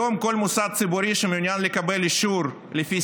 היום כל מוסד ציבורי שמעוניין לקבל אישור לפי